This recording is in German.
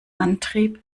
antrieb